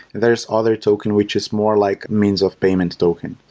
there's other token, which is more like means of payment token.